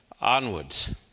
onwards